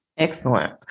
Excellent